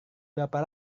berapa